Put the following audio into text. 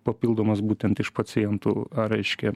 papildomas būtent iš pacientų ar reiškia